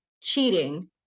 cheating